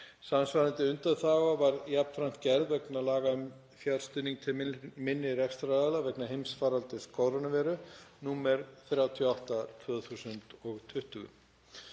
Samsvarandi undanþága var jafnframt gerð vegna laga um fjárstuðning til minni rekstraraðila vegna heimsfaraldurs kórónuveiru, nr. 38/2020.